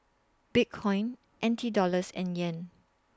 Bitcoin N T Dollars and Yen